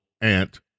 ant